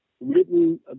written